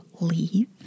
leave